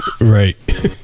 right